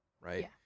right